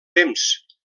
temps